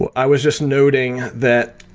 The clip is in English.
but i was just noting that